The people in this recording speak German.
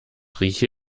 rieche